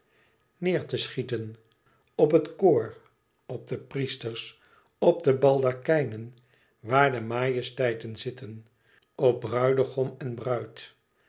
neêr te schieten op het choor op de priesters op de baldakijnen waar de majesteiten zitten op bruidegom en bruid